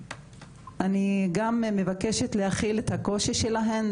אני גם מבקשת להכיל את הקושי שלהן,